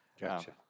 Gotcha